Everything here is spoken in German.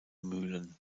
mühlen